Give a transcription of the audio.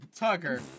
Tugger